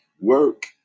work